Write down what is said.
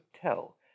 tell